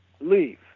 leave